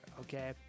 Okay